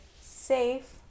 safe